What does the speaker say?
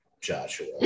Joshua